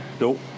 Nope